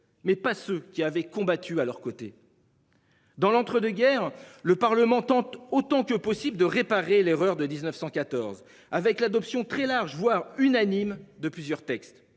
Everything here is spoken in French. mais pas ceux qui avaient combattu à leurs côtés. Dans l'entre-deux guerres, le Parlement tente autant que possible de réparer l'erreur de 19.114, avec l'adoption très large, voire unanime de plusieurs textes